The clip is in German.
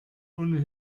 ohne